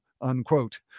unquote